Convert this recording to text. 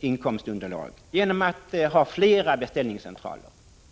inkomstunderlag genom fler beställningscentraler.